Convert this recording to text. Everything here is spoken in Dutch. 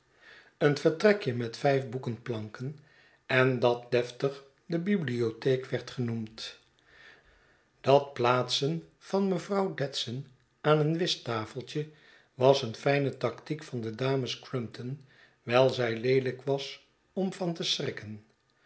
een vertrekje met vijfboekenplanken en dat deftig de bibliotheek werd genoemd dat plaatsen van mevrouw dadson aan een whisttafeltje was een fijne taktiek van de dames crumpton w'yl zij leelijk was om van te schrikken